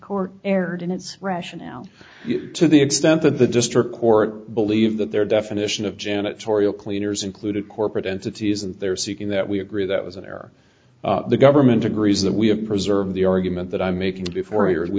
its rationale to the extent that the district court believe that their definition of janitorial cleaners included corporate entities and they're seeking that we agree that was an error the government agrees that we have preserved the argument that i'm making before